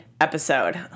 episode